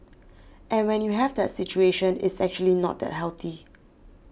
and when you have that situation it's actually not that healthy